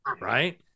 right